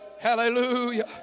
Hallelujah